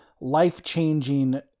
life-changing